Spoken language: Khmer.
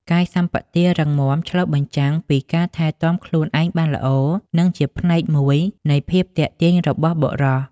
កាយសម្បទារឹងមាំឆ្លុះបញ្ចាំងពីការថែទាំខ្លួនឯងបានល្អ និងជាផ្នែកមួយនៃភាពទាក់ទាញរបស់បុរស។